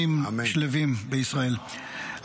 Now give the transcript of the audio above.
-- בימים שלווים בישראל.